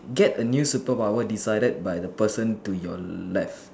get a new superpower decided by the person to your left